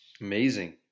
amazing